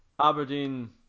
Aberdeen